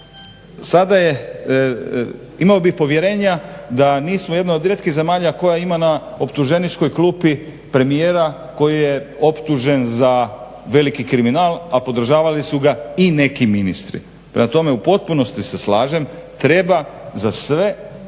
čarape. Imao bih povjerenja da nismo jedna od rijetkih zemalja koja ima na optuženičkoj klupi premijera koji je optužen za veliki kriminal, a podržavali su ga i neki ministri. Prema tome u potpunosti se slažem, treba za sve